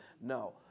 No